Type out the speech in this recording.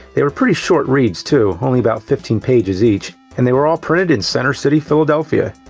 they were pretty short reads, too only about fifteen pages each. and they were all printed in center city, philadelphia.